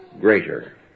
greater